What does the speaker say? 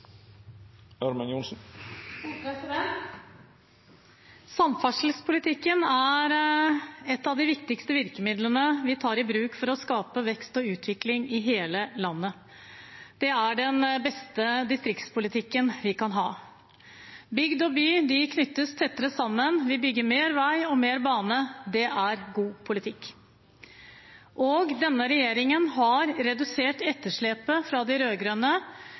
Samferdselspolitikken er et av de viktigste virkemidlene vi tar i bruk for å skape vekst og utvikling i hele landet. Det er den beste distriktspolitikken vi kan ha. Bygd og by knyttes tettere sammen, vi bygger mer vei og mer bane – det er god politikk. Denne regjeringen har redusert etterslepet fra de